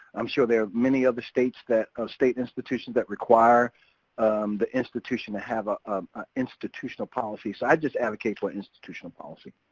i'm sure there are many other states that state institutions that require the institution to have an institutional policy. so i just advocate for a institutional policy.